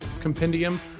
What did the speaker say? compendium